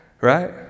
right